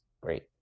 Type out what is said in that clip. great